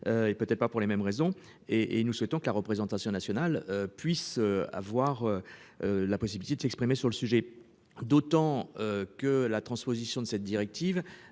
Peut-être pas pour les mêmes raisons. Et et nous souhaitons que la représentation nationale puisse avoir. La possibilité de s'exprimer sur le sujet. D'autant que la transposition de cette directive.